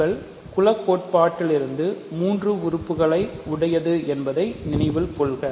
உங்கள் குல கோட்பாட்டிலிருந்து மூன்று உறுப்புகளை கொண்டது என்பதை நினைவில் கொள்க